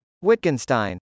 Wittgenstein